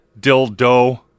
dildo